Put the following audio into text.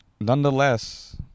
nonetheless